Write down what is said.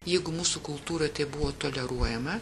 jeigu mūsų kultūroj tai buvo toleruojama